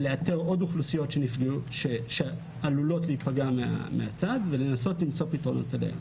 לאתר עוד אוכלוסיות שעלולות להיפגע מהצעד ולנסות למצוא פתרונות להם.